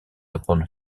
upon